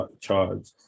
Charge